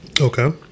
Okay